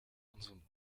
unserem